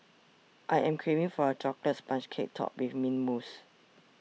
I am craving for a Chocolate Sponge Cake Topped with Mint Mousse